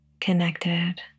connected